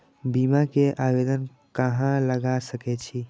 बीमा के आवेदन कहाँ लगा सके छी?